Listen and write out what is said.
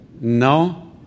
no